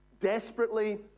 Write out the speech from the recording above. Desperately